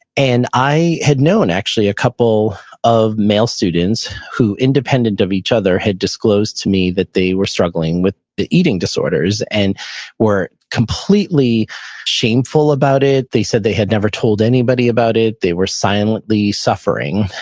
and i had known actually a couple of male students who independent of each other, had disclosed to me that they were struggling with the eating disorders and were completely shameful about it. they said they had never told anybody about it. they were silently suffering.